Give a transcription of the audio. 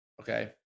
Okay